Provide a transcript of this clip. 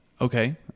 Okay